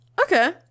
Okay